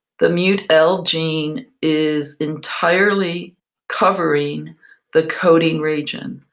the mutl gene is entirely covering the coding region.